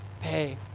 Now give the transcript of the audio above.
pay